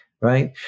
Right